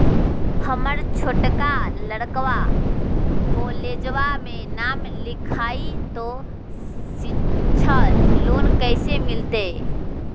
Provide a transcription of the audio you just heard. हमर छोटका लड़कवा कोलेजवा मे नाम लिखाई, तो सिच्छा लोन कैसे मिलते?